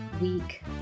week